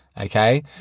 okay